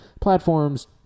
platforms